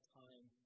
time